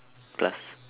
plus